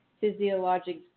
physiologic